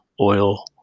oil